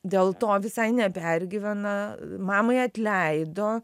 dėl to visai nepergyvena mamai atleido